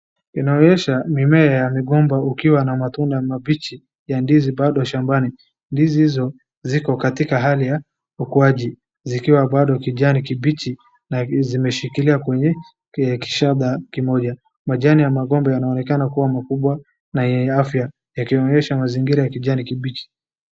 Inaonyesha mimea ya migomba ukiwa na matunda mabichi ya ndizi bado shambani. Ndizi hizo ziko katika hali ya ukuaji zikiwa bado kijani kibichi na zimeshikilia kwenye kishada kimoja. Majani ya magomba yanaonekana kuwa makubwa na yenye afya, yakionyesha mazingira ya kijani kibichi.